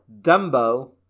Dumbo